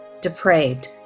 depraved